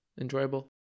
enjoyable